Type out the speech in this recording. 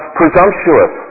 presumptuous